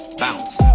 bounce